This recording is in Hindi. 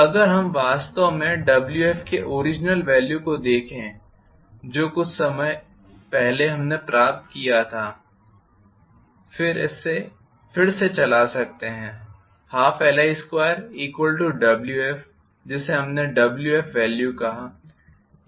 तो अगर हम वास्तव में Wf के ओरिजिनल वॅल्यू को देखे जो कुछ समय पहले हमने प्राप्त किया था इसे फिर से चला सकते हैं 12Li2Wf जिसे हमने Wf वॅल्यू कहा है